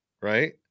right